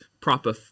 proper